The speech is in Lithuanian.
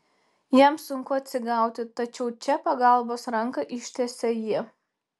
jam sunku atsigauti tačiau čia pagalbos ranką ištiesia ji